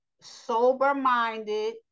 sober-minded